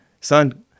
son